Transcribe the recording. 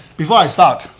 before i start,